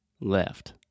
left